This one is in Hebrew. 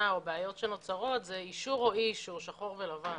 או בעיות שנוצרות זה אישור או אי אישור - שחור או לבן.